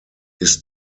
his